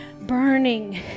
burning